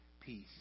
peace